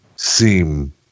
seem